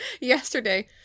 yesterday